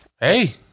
Hey